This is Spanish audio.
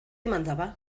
mandaba